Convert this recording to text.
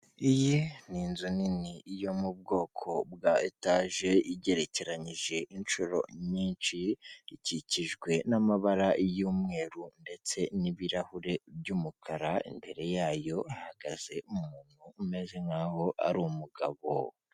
Iyi ni inzu nini yo mu bwoko bwa etage igerekeranyije inshuro nyinshi ikikijwe n'amabara y'umweru ndetse n'ibirahure by'umukara imbere yayo hahagaze umuntu umeze nkaho ari umugabo .